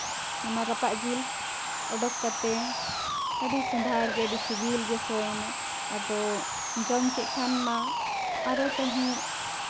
ᱚᱱᱟ ᱨᱟᱯᱟᱜ ᱡᱤᱞ ᱚᱰᱚᱠ ᱠᱟᱛᱮᱫ ᱟᱹᱰᱤ ᱥᱚᱸᱫᱷᱟᱲ ᱜᱮ ᱟᱹᱰᱤ ᱥᱤᱵᱤᱞ ᱜᱮ ᱥᱚᱭᱮᱱᱟ ᱟᱫᱚ ᱡᱚᱢ ᱠᱮᱫ ᱠᱷᱟᱱ ᱢᱟ ᱟᱨᱚ ᱛᱟᱹᱦᱩ